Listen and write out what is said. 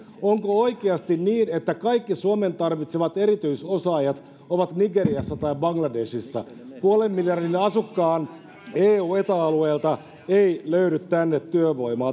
onko oikeasti niin että kaikki suomen tarvitsemat erityisosaajat ovat nigeriassa tai bangladeshissa puolen miljardin asukkaan eu ja eta alueelta ei löydy tänne työvoimaa